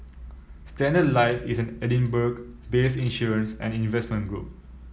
Standard Life is an Edinburgh based insurance and investment group